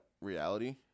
reality